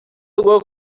jugó